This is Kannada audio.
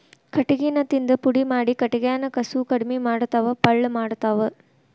ಕಟಗಿನ ತಿಂದ ಪುಡಿ ಮಾಡಿ ಕಟಗ್ಯಾನ ಕಸುವ ಕಡಮಿ ಮಾಡತಾವ ಪಳ್ಳ ಮಾಡತಾವ